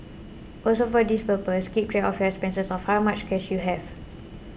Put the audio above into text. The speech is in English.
also for this purpose keep track of your expenses of how much cash you have